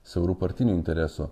siaurų partinių interesų